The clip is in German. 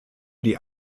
die